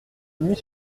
nuit